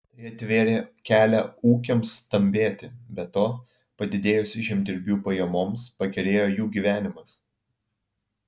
tai atvėrė kelią ūkiams stambėti be to padidėjus žemdirbių pajamoms pagerėjo jų gyvenimas